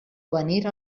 avenir